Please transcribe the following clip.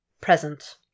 Present